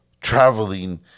traveling